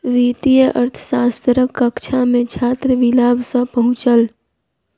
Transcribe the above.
वित्तीय अर्थशास्त्रक कक्षा मे छात्र विलाभ सॅ पहुँचल